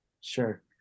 Sure